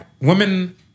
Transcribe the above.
women